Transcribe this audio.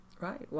Right